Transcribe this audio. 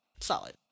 Solid